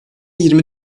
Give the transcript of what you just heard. yirmi